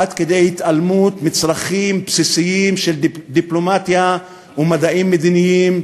עד כדי התעלמות מצרכים בסיסיים של דיפלומטיה ומדעים מדיניים,